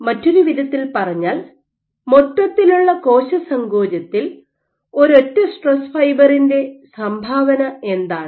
മറ്റൊരു വിധത്തിൽ പറഞ്ഞാൽ മൊത്തത്തിലുള്ള കോശസങ്കോചത്തിൽ ഒരൊറ്റ സ്ട്രെസ് ഫൈബറിന്റെ സംഭാവന എന്താണ്